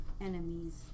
enemies